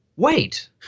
wait